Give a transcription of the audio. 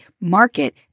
market